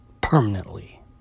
permanently